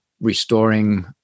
restoring